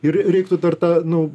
ir reiktų dar tą nu